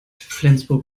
flensburg